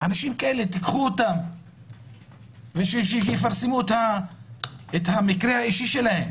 אנשים כאלה תיקחו, שיפרסמו את המקרה האישי שלהם.